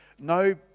no